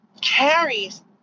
carries